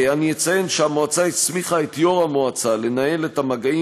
אני אציין שהמועצה הסמיכה את יושב-ראש המועצה לנהל את המגעים